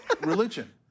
religion